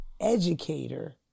educator